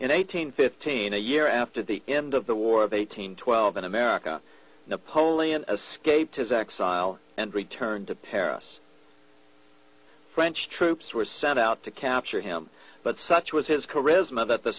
in eight hundred fifteen a year after the end of the war of eighteen twelve in america napoleon escaped his exile and returned to paris french troops were sent out to capture him but such was his charisma that the